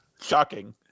Shocking